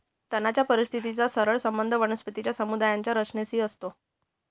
तणाच्या परिस्थितीचा सरळ संबंध वनस्पती समुदायाच्या रचनेशी असतो